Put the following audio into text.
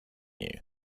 you